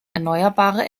erneuerbare